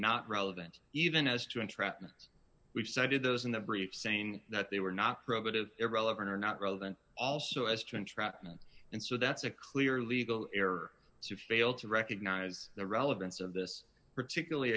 not relevant even as to entrapment which cited those in the brief saying that they were not probative irrelevant or not relevant also as to entrapment and so that's a clear legal error to fail to recognize the relevance of this particularly